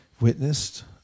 witnessed